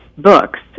books